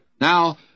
Now